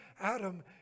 Adam